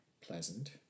Pleasant